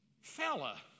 fella